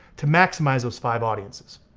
to maximize those five audiences,